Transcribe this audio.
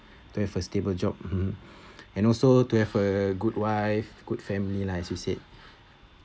to have a stable job mmhmm and also to have a good wife good family lah as you said